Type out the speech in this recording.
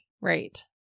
Right